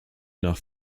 nach